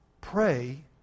pray